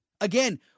Again